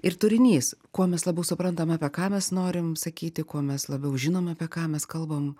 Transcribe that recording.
ir turinys kuo mes labiau suprantam apie ką mes norim sakyti kuo mes labiau žinom apie ką mes kalbam